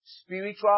spiritual